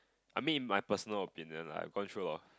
I mean in my personal opinion lah I'm quite sure of